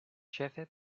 ĉefe